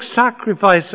sacrifice